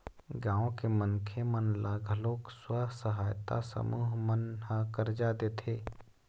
गाँव के मनखे मन ल घलोक स्व सहायता समूह मन ह करजा देथे